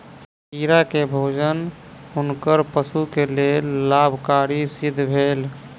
कीड़ा के भोजन हुनकर पशु के लेल लाभकारी सिद्ध भेल